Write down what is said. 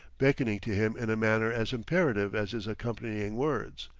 beckoning to him in a manner as imperative as his accompanying words.